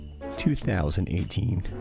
2018